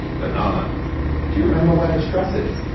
banana do you remember where the stress is?